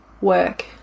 work